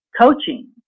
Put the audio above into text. coaching